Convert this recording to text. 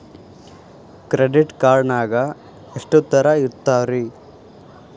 Credit card ನಾಗ ಎಷ್ಟು ತರಹ ಇರ್ತಾವ್ರಿ?